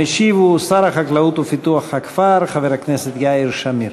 המשיב הוא שר החקלאות ופיתוח הכפר חבר הכנסת יאיר שמיר.